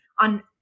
on